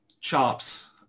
chops